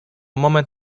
moment